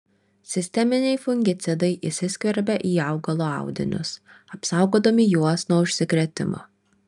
sisteminiai fungicidai įsiskverbia į augalo audinius apsaugodami juos nuo užsikrėtimo